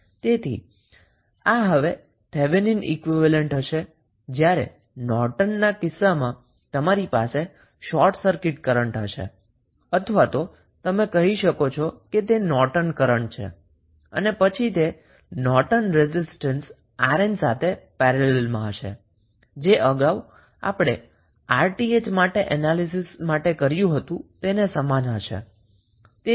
તેથીઆ હવે Thevenin equivalent હશે જ્યારે નોર્ટનના કિસ્સામાં તમારી પાસે શોર્ટ સર્કિટ કરન્ટ હશે અથવા તો તમે કહી શકો કે તે નોર્ટન કરન્ટ છે અને પછી તે નોર્ટન રેઝિસ્ટન્સ 𝑅N સાથે પેરેલલમાં હશે જે અગાઉ આપણે 𝑅𝑇ℎ માટે એનાલીસીસ માટે કર્યુ હતુ તેને સમાન હશે